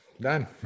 done